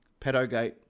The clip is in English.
pedogate